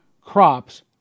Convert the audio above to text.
crops